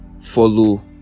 follow